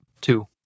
Two